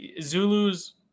Zulus